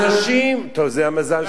טוב, זה המזל שלי.